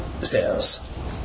says